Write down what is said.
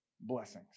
blessings